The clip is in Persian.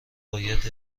باید